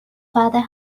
father